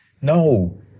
No